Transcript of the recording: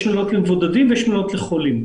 יש מלונות למבודדים ויש מלונות לחולים.